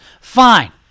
fine